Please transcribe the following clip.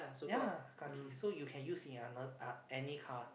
yea car key so you can use in another uh any car